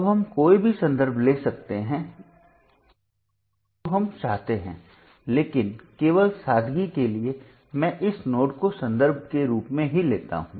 अब हम कोई भी संदर्भ ले सकते हैं जो हम चाहते हैं लेकिन केवल सादगी के लिए मैं इस नोड को संदर्भ के रूप में ही लेता हूं